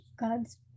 God's